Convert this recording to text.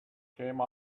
came